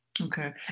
Okay